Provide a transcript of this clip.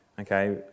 okay